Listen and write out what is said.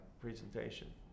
presentation